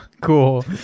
Cool